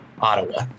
ottawa